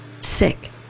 sick